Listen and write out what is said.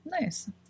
Nice